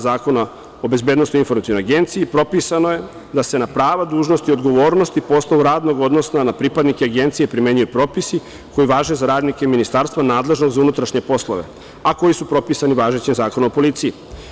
Zakona o BIA propisano je da se na prava i dužnosti, odgovornosti po osnovu radnog odnosi na pripadnike Agencije primenjuju propisi koji važe za radnike ministarstva nadležnog za unutrašnje poslove, a koji su propisani važećim Zakonom o policiji.